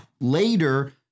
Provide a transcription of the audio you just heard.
later